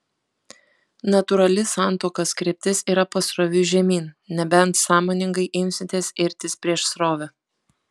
natūrali santuokos kryptis yra pasroviui žemyn nebent sąmoningai imsitės irtis prieš srovę